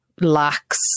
lacks